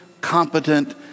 competent